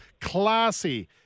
classy